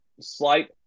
slight